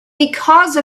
because